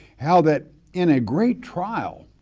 how that in a great trial